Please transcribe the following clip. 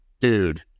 dude